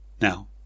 Now